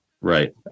Right